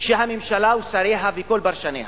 שהממשלה ושריה וכל פרשניה